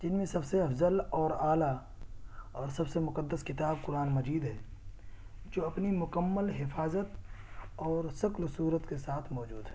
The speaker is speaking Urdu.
جن میں سب سے افضل اور اعلیٰ اور سب سے مقدس کتاب قرآن مجید ہے جو اپنی مکمل حفاظت اور شکل و صورت کے ساتھ موجود ہے